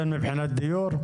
אתה מתכוון מבחינת דיור?